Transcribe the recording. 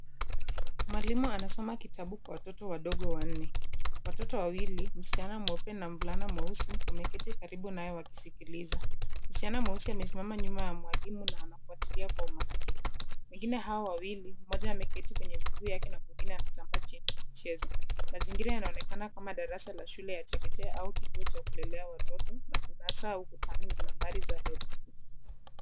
Mwalimu anasoma kitabu kwa Watoto wadogo wanne. Watoto wawili msichana mweupe na mvulana mweusi wameketi karibu na yeye wakisikiliza. Msichana mweusi amesimama nyuma ya mwalimu na anafuatilia kwa umakini. Wengine hao wawili mmoja ameketi kwenye miguu yake na mwingine anatambaa chini kucheza. Mazingira yanaonekana kama darasa ya shule ya chekechea au kituo cha kulelea watoto na kuna saa ukutani na nambari za herufi.